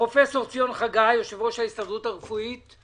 פרופ' ציון חגי, יושב-ראש ההסתדרות הרפואית.